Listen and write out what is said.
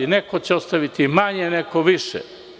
Neko će ostaviti manje, neko više.